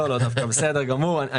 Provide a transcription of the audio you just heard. זה דווקא בסדר גמור.